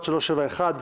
התשפ"א-2020 (מ/1371),